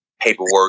paperwork